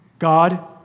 God